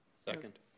Second